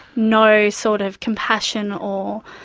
no sort of compassion or